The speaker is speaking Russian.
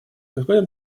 господин